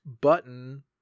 button